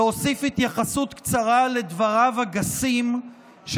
להוסיף התייחסות קצרה לדבריו הגסים של